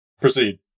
Proceed